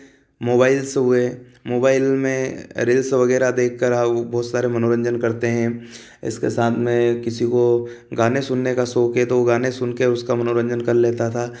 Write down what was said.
mobiles हुए mobile में reels में देख करऊ बहुत सारे मनोरंजन करते हैं इसके साथ में किसी को गाने सुनने का शौख है तो गाने सुन कर उसका मनोरंजन कर लेता था